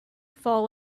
fall